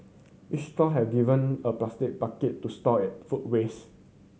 each stall has given a plastic bucket to store it food waste